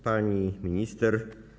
Pani Minister!